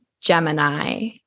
Gemini